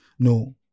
No